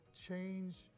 change